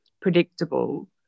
predictable